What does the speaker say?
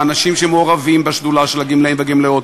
האנשים שמעורבים בשדולה של הגמלאים והגמלאות,